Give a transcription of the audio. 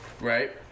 Right